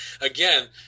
again